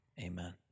amen